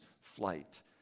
flight